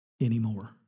anymore